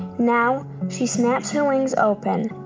now she snaps her wings open,